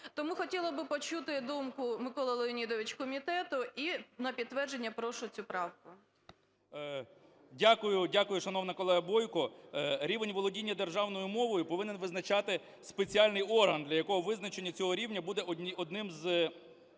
Тому хотіла би почути думку, Микола Леонідович, комітету, і на підтвердження прошу цю правку. 11:44:22 КНЯЖИЦЬКИЙ М.Л. Дякую! Дякую, шановна колега Бойко! Рівень володіння державною мовою повинен визначати спеціальний орган, для якого визначення цього рівня буде одним з